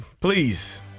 Please